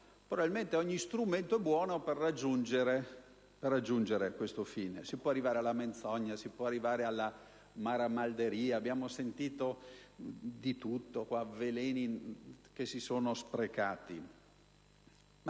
probabilmente ogni strumento è buono per raggiungere l'obiettivo. Si può arrivare alla menzogna, alla maramalderia; abbiamo sentito di tutto ed i veleni si sono sprecati.